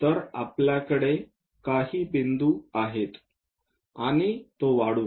तर आपल्याकडे काही बिंदू आहे आणि तो वाढवू